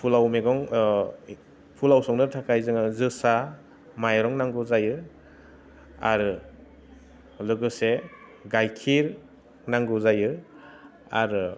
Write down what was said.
फुलाव मैगं फुलाव संनो थाखाय जोङो जोसा माइरं नांगौ जायो आरो लोगोसे गाइखेर नांगौ जायो आरो